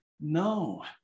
No